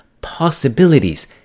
possibilities